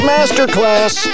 Masterclass